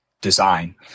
design